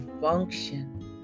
function